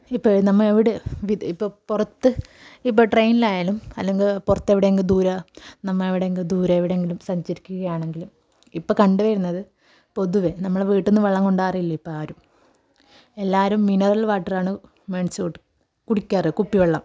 ഇപ്പം നമ്മൾ എവിടെ ഇപ്പം പുറത്ത് ഇപ്പം ട്രെയിനിലായാലും അല്ലെങ്കിൽ പുറത്തെവിടെയെങ്കിലും ദൂര നമ്മൾ എവിടെയെങ്കിലും ദൂര എവിടെയെങ്കിലും സഞ്ചരിക്കുകയാണെങ്കിൽ ഇപ്പം കണ്ടു വരുന്നത് പൊതുവേ നമ്മൾ വീട്ടിൽ നിന്നു വെള്ളം കൊണ്ടു പോകാറില്ല കാറില്ല ഇപ്പം ആരും എല്ലാവരും മിനറൽ വാട്ടറാണ് മേടിച്ചു കുടി കുടിക്കാറ് കുപ്പിവെള്ളം